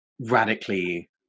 radically